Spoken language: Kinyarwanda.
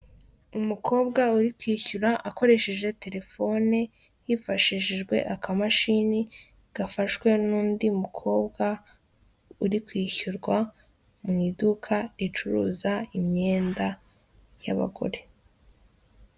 Umukobwa uri kwishyura akoresheje telefoni hifashishijwe akamashini gafashwe n'undi mukobwa uri kwishyurwa mu iduka ricuruza imyenda y'abagore.